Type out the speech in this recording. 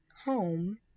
home